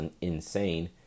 insane